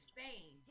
Spain